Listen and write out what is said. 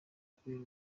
kubera